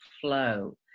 flow